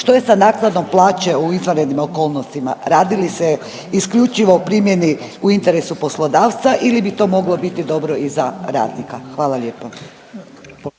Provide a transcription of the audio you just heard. što je sa naknadom plaće u izvanrednim okolnostima, radi li se isključivo o primjeni u interesu poslodavca ili bi to moglo biti dobro i za radnika? Hvala lijepa.